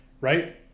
right